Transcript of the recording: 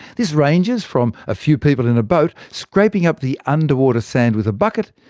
this ranges from a few people in a boat scraping up the underwater sand with a bucket,